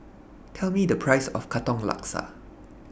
Tell Me The Price of Katong Laksa